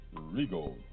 Regal